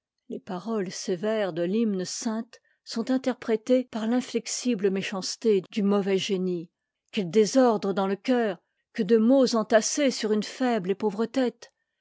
les paroles sévères de l'hymne sainte sont interprétées par l'inflexible méchanceté du mauvais génie quel désordre dans le coeur que de maux entassés sur une faible et pauvre tête